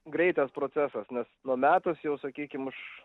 greitas procesas nes numetus jau sakykim už